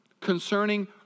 concerning